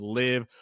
live